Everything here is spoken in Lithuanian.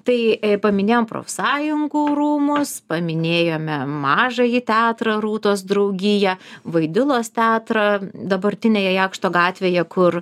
tai paminėjom profsąjungų rūmus paminėjome mažąjį teatrą rūtos draugiją vaidilos teatrą dabartinėje jakšto gatvėje kur